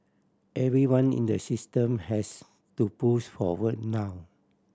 everyone in the system has to push forward now